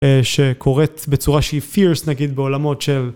שקורית בצורה שהיא fierce נגיד בעולמות של